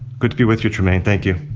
good to be with you, trymaine. thank you.